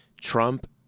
Trump